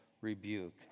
rebuke